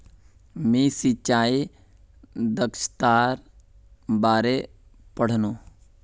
मी सिंचाई दक्षतार बारे पढ़नु